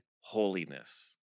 holiness